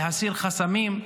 להסיר חסמים,